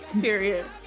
Period